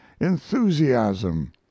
enthusiasm